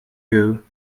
you